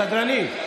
סדרנים.